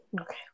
Okay